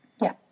Yes